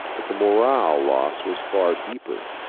but the moral loss was far deeper.